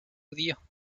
indio